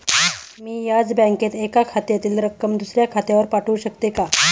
मी याच बँकेत एका खात्यातील रक्कम दुसऱ्या खात्यावर पाठवू शकते का?